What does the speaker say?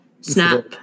snap